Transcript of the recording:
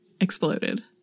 exploded